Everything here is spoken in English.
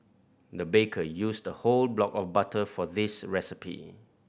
the baker used a whole block of butter for this recipe